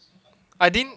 I didn't